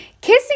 kissing